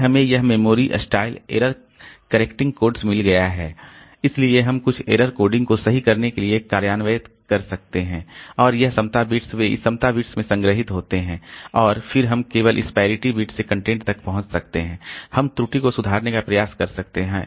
फिर हमें यह memory style error correcting codes मिल गया है इसलिए हम कुछ एरर कोडिंग को सही करने के लिए कार्यान्वित कर सकते हैं और यह समता बिट्स वे इस समता डिस्क में संग्रहीत होते हैं और फिर हम केवल इस पैरिटी बिट से कंटेंट तक पहुंच सकते हैं हम त्रुटि को सुधारने का प्रयास कर सकते हैं